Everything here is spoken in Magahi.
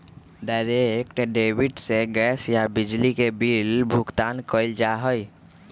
डायरेक्ट डेबिट से गैस या बिजली के बिल भुगतान कइल जा हई